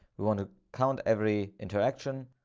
we want to count every interaction,